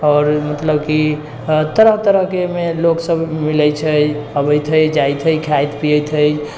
मतलब की तरह तरह के एहिमे लोक सब मिलै छै अबैत हय जाइत है खाइत पीएत है